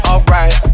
Alright